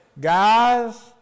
Guys